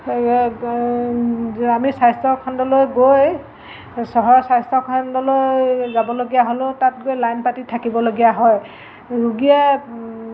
আমি স্বাস্থ্যখণ্ডলৈ গৈ চহৰৰ স্বাস্থ্যখণ্ডলৈ যাবলগীয়া হ'লেও তাত গৈ লাইন পাতি থাকিবলগীয়া হয় ৰোগীয়ে